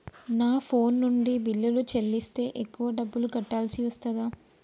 నా ఫోన్ నుండి బిల్లులు చెల్లిస్తే ఎక్కువ డబ్బులు కట్టాల్సి వస్తదా?